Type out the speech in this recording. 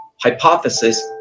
hypothesis